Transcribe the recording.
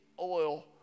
oil